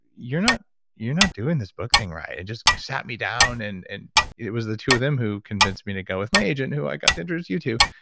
you're not you're not doing this book thing right. and just at me down, and and it was the two of them who convinced me to go with my agent who i got to introduce you to.